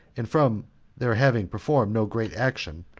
and from their having performed no great action,